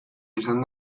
izan